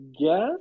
guess